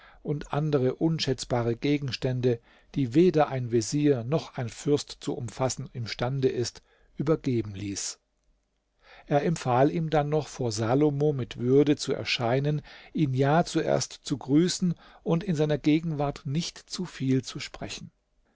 und andere unschätzbare gegenstände die weder ein vezier noch ein fürst zu umfassen imstande ist übergeben ließ er empfahl ihm dann noch vor salomo mit würde zu erscheinen ihn ja zuerst zu grüßen und in seiner gegenwart nicht zu viel zu sprechen